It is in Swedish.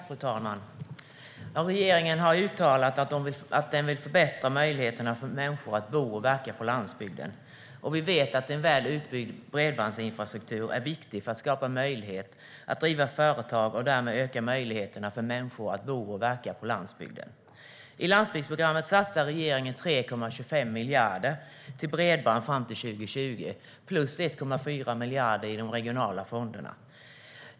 Fru talman! Regeringen har uttalat att man vill förbättra möjligheterna för människor att bo och verka på landsbygden. Vi vet att en väl utbyggd bredbandsinfrastruktur är viktig för att göra det möjligt att driva företag och därmed göra det möjligt för människor att bo och verka på landsbygden. I landsbygdsprogrammet satsar regeringen 3,25 miljarder på bredband fram till 2020 och dessutom 1,4 miljarder i de regionala fonderna.